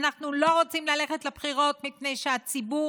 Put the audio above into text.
אנחנו לא רוצים ללכת לבחירות מפני שהציבור